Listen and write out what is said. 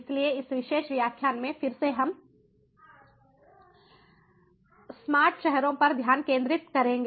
इसलिए इस विशेष व्याख्यान में फिर से हम स्मार्ट शहरों पर ध्यान केंद्रित करेंगे